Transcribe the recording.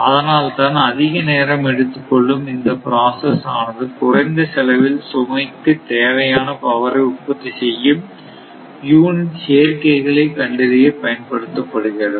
அதனால் தான் அதிக நேரம் எடுத்துக்கொள்ளும் இந்த ப்ராசஸ் ஆனது குறைந்த செலவில் சுமைக்கு தேவையான பவரை உற்பத்தி செய்யும் யூனிட் சேர்க்கைகளை கண்டறிய பயன்படுத்தப்படுகிறது